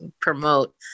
promote